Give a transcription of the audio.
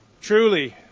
Truly